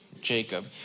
Jacob